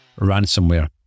ransomware